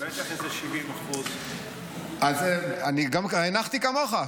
בטח איזה 70%. אז אני הנחתי כמוך,